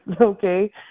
okay